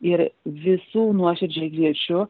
ir visų nuoširdžiai kviečiu